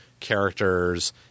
characters